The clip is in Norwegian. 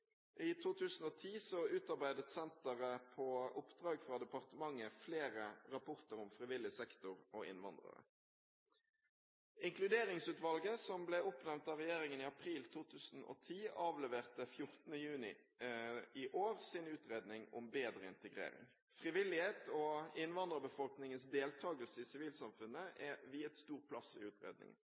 I 2010 utarbeidet senteret, på oppdrag fra departementet, flere rapporter om frivillig sektor og innvandrere. Inkluderingsutvalget, som ble oppnevnt av regjeringen i april 2010, avleverte 14. juni i år sin utredning om Bedre integrering. Frivillighet og innvandrerbefolkningens deltakelse i sivilsamfunnet er viet stor plass i utredningen.